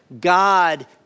God